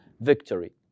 victory